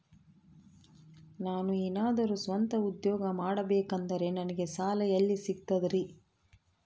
ನಾನು ಏನಾದರೂ ಸ್ವಂತ ಉದ್ಯೋಗ ಮಾಡಬೇಕಂದರೆ ನನಗ ಸಾಲ ಎಲ್ಲಿ ಸಿಗ್ತದರಿ?